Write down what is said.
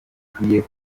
dukwiye